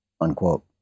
Unquote